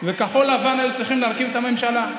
וכחול לבן יצטרכו להרכיב את הממשלה,